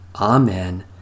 Amen